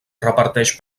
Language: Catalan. reparteix